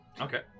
Okay